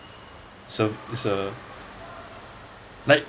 it's a it's a like